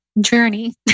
journey